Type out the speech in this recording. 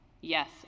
Yes